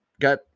got